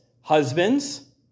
Husbands